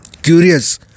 Curious